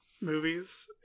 Movies